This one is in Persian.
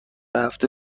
هفته